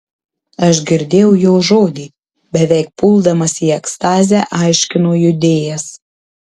aš girdėjau jo žodį beveik puldamas į ekstazę aiškino judėjas